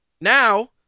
Now